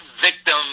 victim